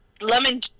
lemon